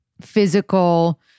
physical